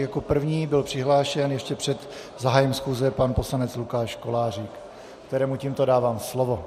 Jako první byl přihlášen ještě před zahájením schůze pan poslanec Lukáš Kolářík, kterému tímto dávám slovo.